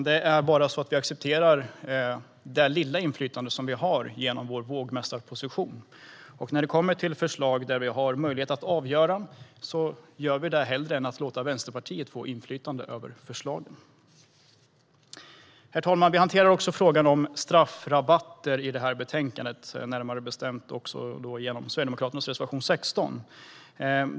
Det är bara så att vi accepterar det lilla inflytande som vi har genom vår vågmästarposition. När det kommer förslag där vi har möjlighet att avgöra gör vi det, hellre än att låta Vänsterpartiet få inflytande över förslagen. Herr talman! Vi hanterar också frågan om straffrabatter i det här betänkandet, närmare bestämt genom Sverigedemokraternas reservation 16.